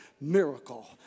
miracle